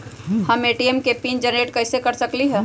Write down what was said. हम ए.टी.एम के PIN generate कईसे कर सकली ह?